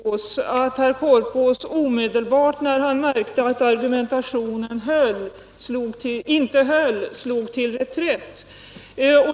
Herr talman! Det var bra att herr Korpås omedelbart när han märkte att argumentationen inte höll slog till reträtt.